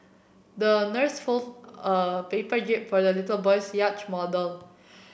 the nurse fold a paper jib for the little boy's yacht model